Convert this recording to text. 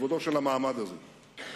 וכבודו של המעמד הזה.